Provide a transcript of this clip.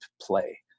play